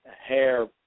hair